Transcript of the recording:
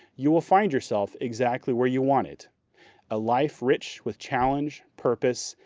you will find yourself exactly where you want it a life rich with challenge, purpose,